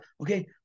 okay